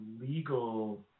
legal